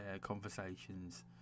conversations